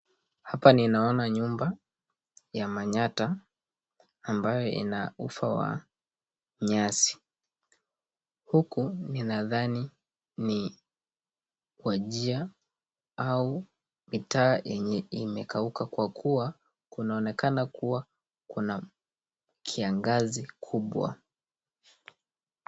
Hapa ninaona nyumba ya Manyatta ambayo ina ufa wa nyasi, huku ninadhani ni Wajir au mitaa yenye imekauka kwa kua kunaonekana kuwa kuna kiangazi kubwa.